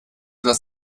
das